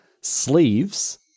Sleeves